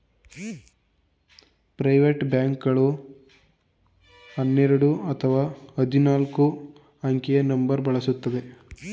private bank ಗಳು ಹನ್ನೆರಡು ಅಥವಾ ಹದಿನಾಲ್ಕು ಅಂಕೆಯ ನಂಬರ್ ಬಳಸುತ್ತದೆ